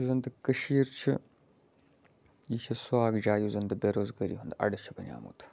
یُس زَن تہِ کٔشیٖر چھِ یہِ چھےٚ سۄ اَکھ جاے یُس زَن تہِ بےٚ روزگٲری ہُنٛد اَڈٕ چھِ بَنیومُت